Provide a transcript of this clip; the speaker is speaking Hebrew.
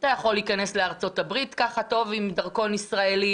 ככה אתה יכול להיכנס לארצות הברית עם דרכון ישראלי.